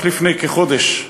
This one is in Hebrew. רק לפני כחודש,